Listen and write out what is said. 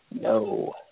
no